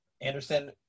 Anderson